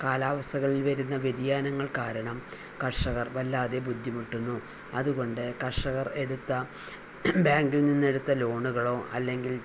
കാലാവസ്ഥകളിൽ വരുന്ന വ്യതിയാനങ്ങൾ കാരണം കർഷകർ വല്ലാതെ ബുദ്ധിമുട്ടുന്നു അതുകൊണ്ട് കർഷകർ എടുത്ത ബാങ്കിൽ നിന്നെടുത്ത ലോണുകളോ അല്ലെങ്കിൽ